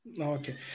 Okay